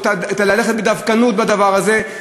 או את ההליכה בדווקנות בדבר הזה,